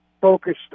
focused